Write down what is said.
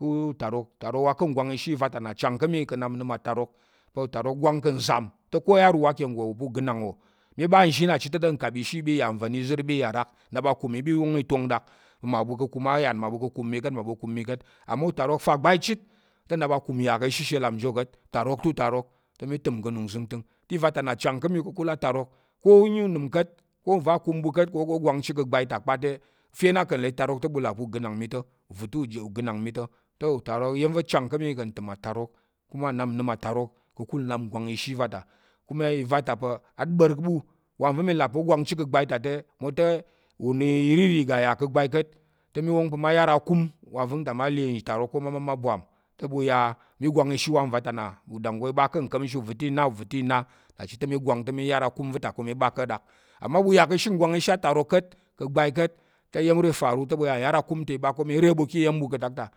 utarok, utarok wa ka̱ ngwang ishi i va ta nna chang ká̱ mi ka̱ nnap nnəm atarok pa̱ utarok gwang ka̱ nzam te ko yar wa ka̱ nggo pa̱ ugəgang wó mi ɓa nshi nna ta̱ te nva̱n ìzər i ɓa i yà ɗaknnap akum i ɓa i wong i yà ɗak pa̱ mmaɓu ka̱ akum a yan, mmaɓu ka̱ akum mi ka̱t, mmaɓu ka̱ akum mi ka̱t amma utarok fa gbai chit te nnap akum ya ka̱ ashe lap njo ka̱t, utarok te utarok te mi təm ka̱ nung nzəngtəng, te i va̱ ta nna chang ká̱ mi ka̱kul atarok ko u yi unəm ka̱t, ko uva̱ akum ɓu kang o ga o gwang chit ka̱ gbai ta kpa te, ɓu fe na ka̱ nlà itarok te ɓu là pa̱ ugənang mi ta̱ uva̱ ta̱ ugənang mi ta̱, utarok iya̱m va̱ chang ká̱ mi ka̱ ntəm atarok, kuma nnap nəm atarok te ka̱kul nnap ggwang ishi va ta kuma iva ta aɓa̱r ɓu mwote o gwang chit ka̱ gbai ta te irirì ga ya ka̱ gbai ta ka̱t, te wong pa̱ mma yar akum, mma le itarok ko ma ɓa mma ma ɓwam, te ɓu ya mi gwang ishi wa nva ta nna udanggo i ɓa ká̱ nka̱mshi uva̱ ta̱ i na uva̱ ta̱ i na, nna chit mi gwang ishi mi yar akum va̱ ta mi ɓa ko ɗak, amma u ya ka̱ ashe nggwang ishi atarok ka̱t, ká̱ gbai ka̱t, te iya̱m iro i faru te ɓu ya nyar akum ta i ɓa ká̱ te mi re ɓu ko ka̱ atak ta.